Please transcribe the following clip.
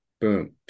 Boom